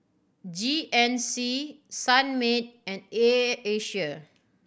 G N C Sunmaid and Air Asia